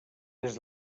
des